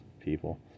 people